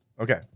Okay